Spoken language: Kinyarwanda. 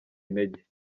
intege